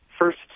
first